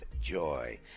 Joy